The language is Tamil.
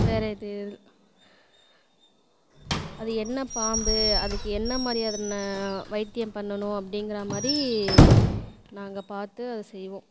வேறு எது அது என்ன பாம்பு அதுக்கு என்ன மாதிரியான வைத்தியம் பண்ணணும் அப்படிங்குறமாரி நாங்கள் பார்த்து அதை செய்வோம்